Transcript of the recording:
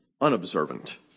unobservant